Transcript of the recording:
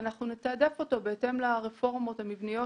אנחנו נתעדף אותו בהתאם לרפורמות המבניות